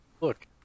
look